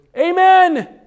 Amen